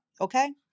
okay